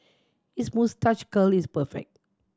his moustache curl is perfect